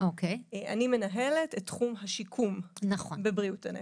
אני מנהלת את תחום השיקום בבריאות הנפש,